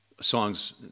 songs